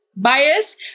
bias